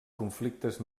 conflictes